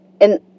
and-